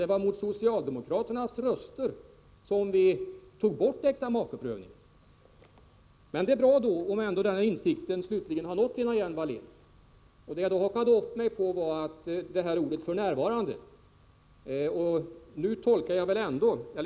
Det var mot socialdemokraternas röster som vi tog bort äkta makeprövningen. Men det är bra om den insikten ändå slutligen har nått Lena Hjelm Wallén. Det jag hakade upp mig på var uttrycket ”f.n.”.